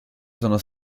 sono